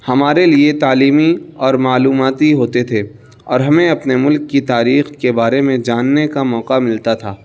ہمارے لیے تعلیمی اور معلوماتی ہوتے تھے اور ہمیں اپنے ملک کی تاریخ کے بارے میں جاننے کا موقع ملتا تھا